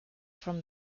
from